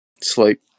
sleep